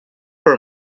for